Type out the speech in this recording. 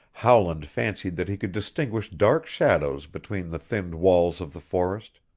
howland fancied that he could distinguish dark shadows between the thinned walls of the forest.